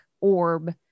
orb